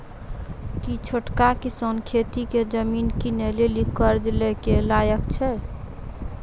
कि छोटका किसान खेती के जमीन किनै लेली कर्जा लै के लायक छै?